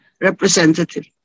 representative